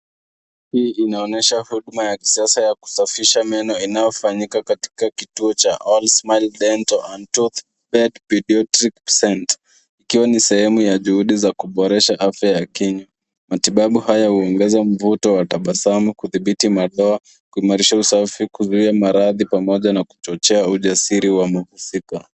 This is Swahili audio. Hii inaonyesha huduma ya kisasa ya kusafisha meno inayifanyika katika kituo cha all smiles dental and tooth ache prevention and treatment ikiwa ni sehemu ya juhudi za kuboresha afya ya kinywa. Matibabu haya huongeza mvuto wa tabasamu, kudhibiti madoa, kuimarisha usafi, kuzuia maradhi pamoja na kuchochea ujasiri wa mhusika.